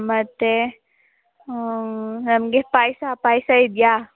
ಮತ್ತು ನಮಗೆ ಪಾಯಸ ಪಾಯಸ ಇದೆಯಾ